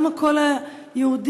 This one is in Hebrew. גם הקול היהודי,